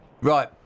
Right